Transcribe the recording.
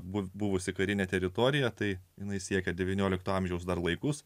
buvusi karinė teritorija tai jinai siekia devyniolikto amžiaus dar laikus